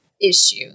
issue